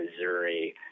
Missouri